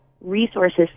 resources